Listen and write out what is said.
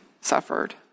suffered